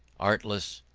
artless,